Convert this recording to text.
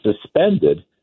suspended